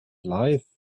life